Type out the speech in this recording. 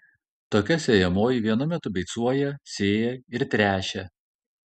tokia sėjamoji vienu metu beicuoja sėja ir tręšia